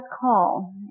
call